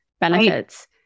benefits